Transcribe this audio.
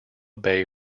bay